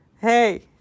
Hey